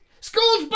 School's